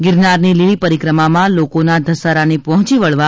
ગિરનારની લીલી પરિક્રમામાં લોકોના ઘસારાને પહોંચી વળવા